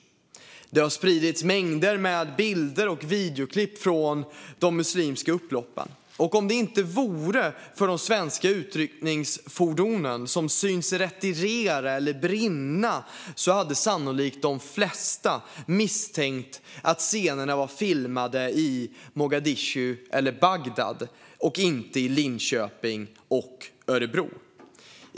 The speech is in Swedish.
Det har spridits mängder av bilder och videoklipp från de muslimska upploppen, och om det inte vore för de svenska utryckningsfordonen som syns retirera eller brinna hade sannolikt de flesta misstänkt att scenerna var filmade i Mogadishu eller Bagdad och inte i Linköping och Örebro.